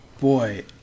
Boy